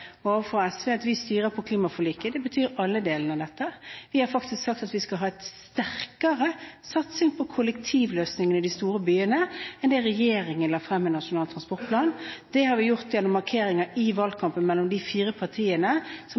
styrer etter klimaforliket, og det betyr alle delene av dette. Vi har faktisk sagt at vi skal ha en sterkere satsing på kollektivløsninger i de store byene enn det den forrige regjeringen la frem i Nasjonal transportplan. Det har vi gjort gjennom markeringer i valgkampen mellom de fire partiene som